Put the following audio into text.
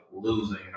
losing